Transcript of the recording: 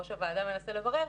ראש הוועדה מנסה לברר,